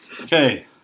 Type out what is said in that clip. Okay